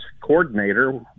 coordinator